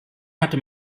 hatte